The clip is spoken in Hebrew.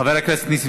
חבר הכנסת נסים